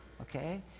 okay